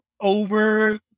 over